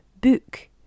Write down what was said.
book